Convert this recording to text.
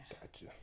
Gotcha